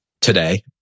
today